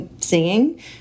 singing